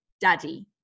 daddy